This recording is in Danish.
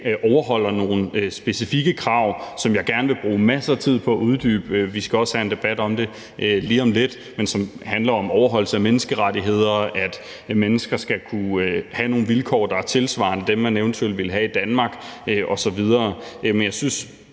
overholder nogle specifikke krav, som jeg gerne vil bruge masser af tid på at uddybe – vi skal også have en debat om det lige om lidt – men som handler om overholdelse af menneskerettigheder, og at mennesker skal kunne have nogle vilkår, der er tilsvarende dem, som man eventuelt ville have i Danmark osv. Men jeg synes